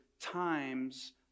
times